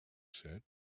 said